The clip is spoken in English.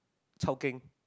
chao Keng